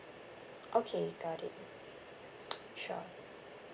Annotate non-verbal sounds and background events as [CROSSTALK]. okay got it [NOISE] sure